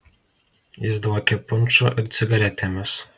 jis dvokė punšu ir cigaretėmis